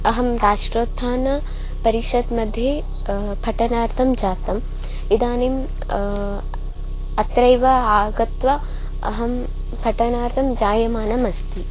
अहं राष्ट्रोत्थानपरिषत् मध्ये पठनार्थं जातम् इदानीम् अत्र अत्रैव आगत्य अहं पठनार्तं जायमानमस्ति